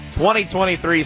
2023